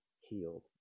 healed